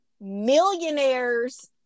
Millionaire's